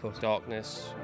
Darkness